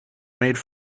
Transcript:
made